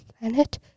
planet